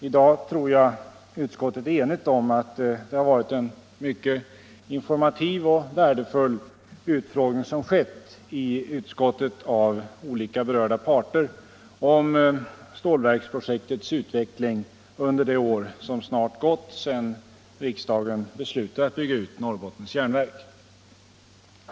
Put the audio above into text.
I dag tror jag utskottet är enigt om att det har varit en mycket informativ och värdefull utfrågning som skett i utskottet av olika berörda parter om stålverksprojektets utveckling under det år som snart gått sedan riksdagen beslutade bygga ut Norrbottens Järnverk.